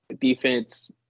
defense